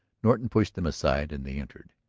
norton pushed them aside and they entered.